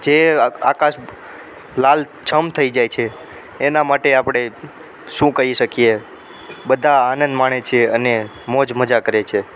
જે આકાશ લાલછમ થઈ જાય છે એના માટે આપણે શું કહી શકીએ બધા આનંદ માણે છે અને મોજ મજા કરે છે